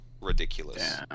ridiculous